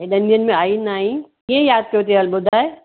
हेॾनि ॾींहंनि में आई न आईं कीअं यादि कहियो अथई हल बुधाए